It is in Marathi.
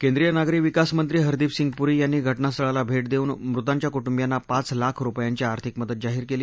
केंद्रीय नागरी विकास मंत्री हरदीपसिंग पुरी यांनी घटनास्थळाल भेट देऊन मृतांच्या कुटुंबियांना पाच लाख रुपयांची आर्थिक मदत जाहीर केली